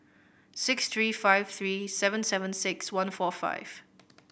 six three five three seven seven six one four five